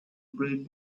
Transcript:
breed